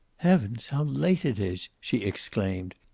heavens, how late it is! she exclaimed.